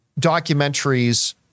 documentaries